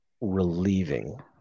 relieving